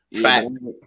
Facts